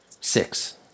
Six